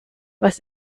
was